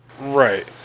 Right